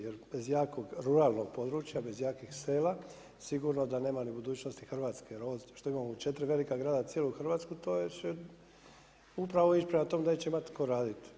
Jer bez jakog ruralnog područja, bez jakih sela, sigurno da nema ni budućnosti Hrvatske, jer ovo što imamo u 4 velika grada, cijelu Hrvatsku, to će upravo ići prema tome da neće imati tko raditi.